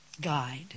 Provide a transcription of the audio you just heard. guide